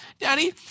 Daddy